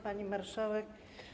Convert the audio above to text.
Pani Marszałek!